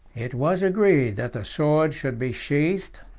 it was agreed that the sword should be sheathed,